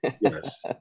Yes